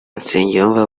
nsengiyumva